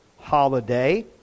holiday